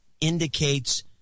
indicates